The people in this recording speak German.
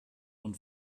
nun